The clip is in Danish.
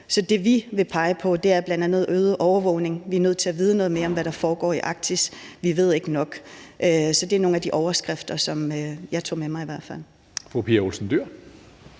vi vil pege på, er bl.a. øget overvågning. Vi er nødt til at vide noget mere om, hvad der foregår i Arktis. Vi ved ikke nok. Så det er nogle af de overskrifter, jeg i hvert fald tog med mig.